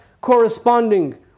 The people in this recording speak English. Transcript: corresponding